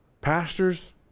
Pastors